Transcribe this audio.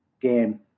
game